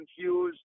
confused